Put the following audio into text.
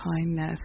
kindness